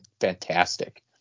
fantastic